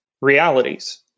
realities